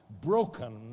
broken